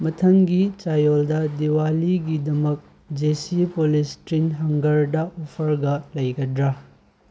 ꯃꯊꯪꯒꯤ ꯆꯌꯣꯜꯗ ꯗꯤꯋꯥꯂꯤꯒꯤꯗꯃꯛ ꯖꯦꯁꯤ ꯄꯣꯂꯤꯁꯇ꯭ꯔꯤꯟ ꯍꯪꯒꯔꯗ ꯑꯣꯐꯔꯒ ꯂꯩꯒꯗ꯭ꯔꯥ